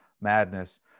madness